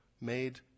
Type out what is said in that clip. made